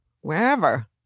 wherever